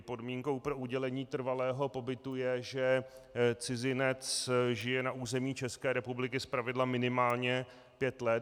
Podmínkou pro udělení trvalého pobytu je, že cizinec žije na území České republiky zpravidla minimálně pět let.